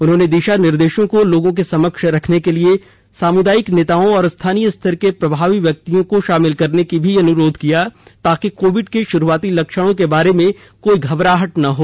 उन्होंने दिशा निर्देशों को लोगों के समक्ष रखने के लिए सामुदायिक नेताओं और स्थानीय स्तर के प्रभावी व्यक्तियों को शामिल करने का भी अनुरोध किया ताकि कोविड के शुरुआती लक्षणों के बारे में कोई घबराहट न हो